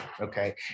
okay